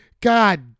God